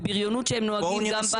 בבריונות שהם נוהגים גם בכביש.